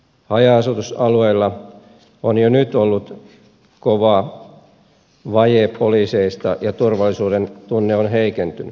haja asutusalueilla on jo nyt ollut kova vaje poliiseista ja turvallisuudentunne on heikentynyt